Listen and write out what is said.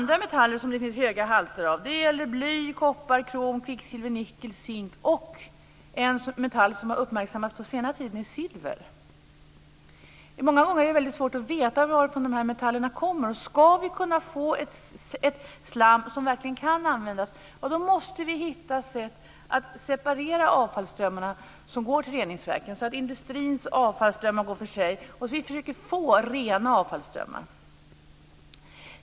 Det finns även höga halter av andra metaller: bly, koppar, krom, kvicksilver, nickel, zink och en metall som har uppmärksammats mycket på senare tid, nämligen silver. Många gånger är det väldigt svårt att veta varifrån metallerna kommer. Ska vi kunna få ett slam som verkligen kan användas så måste vi hitta sätt att separera avfallsströmmarna som går till reningsverken, så att industrins avfallsströmmar går för sig. Vi måste få rena avfallsströmmar.